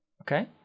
Okay